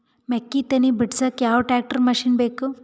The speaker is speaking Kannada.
ಮೆಕ್ಕಿ ತನಿ ಬಿಡಸಕ್ ಯಾವ ಟ್ರ್ಯಾಕ್ಟರ್ ಮಶಿನ ಬೇಕು?